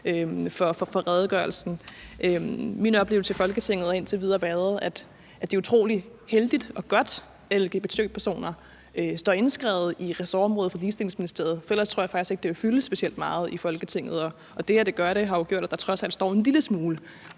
til redegørelsen. Min oplevelse i Folketinget har indtil videre været, at det er utrolig heldigt og godt, at lgbt-personer står indskrevet i ressortområdet for Ligestillingsministeriet. For ellers tror jeg faktisk ikke, at det ville fylde specielt meget i Folketinget, og det, at det gør det, har jo gjort, at der trods alt står en lille smule,